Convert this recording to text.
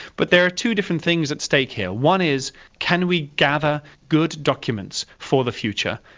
but there are two different things at stake here. one is can we gather good documents for the future.